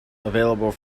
available